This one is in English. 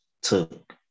took